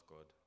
God